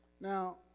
Now